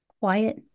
quiet